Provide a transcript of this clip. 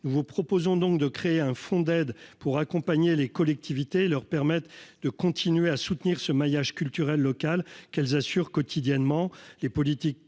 nous vous proposons donc de créer un fonds d'aide pour accompagner les collectivités leur permettent de continuer à soutenir ce maillage culturel local qu'elles assurent quotidiennement